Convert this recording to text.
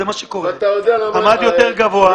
המד יותר גבוה,